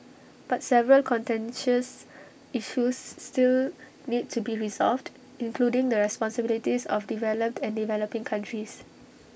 but several contentious issues still need to be resolved including the responsibilities of developed and developing countries